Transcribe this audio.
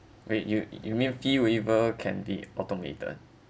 wait you you mean fee waiver can be automated